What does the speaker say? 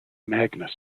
magnus